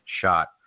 shot